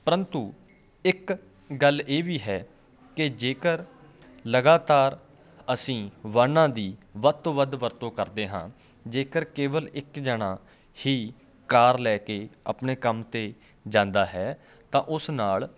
ਪਰੰਤੂ ਇੱਕ ਗੱਲ ਇਹ ਵੀ ਹੈ ਕਿ ਜੇਕਰ ਲਗਾਤਾਰ ਅਸੀਂ ਵਾਹਨਾਂ ਦੀ ਵੱਧ ਤੋਂ ਵੱਧ ਵਰਤੋਂ ਕਰਦੇ ਹਾਂ ਜੇਕਰ ਕੇਵਲ ਇੱਕ ਜਣਾ ਹੀ ਕਾਰ ਲੈ ਕੇ ਆਪਣੇ ਕੰਮ 'ਤੇ ਜਾਂਦਾ ਹੈ ਤਾਂ ਉਸ ਨਾਲ